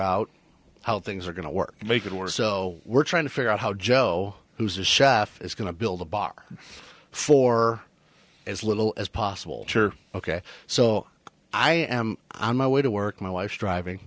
out how things are going to work and make it work so we're trying to figure out how joe who's a chef is going to build a bar for as little as possible ok so i am on my way to work my wife's driving